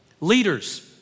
Leaders